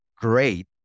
great